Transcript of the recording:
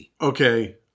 Okay